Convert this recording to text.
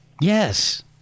Yes